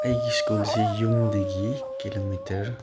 ꯑꯩꯒꯤ ꯁ꯭ꯀꯨꯜꯁꯤ ꯌꯨꯝꯗꯒꯤ ꯀꯤꯂꯣꯃꯤꯇꯔ